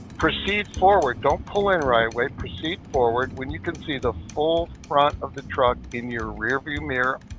proceed forward don't pull in right away proceed forward. when you can see the full front of the truck in your rear-view mirror,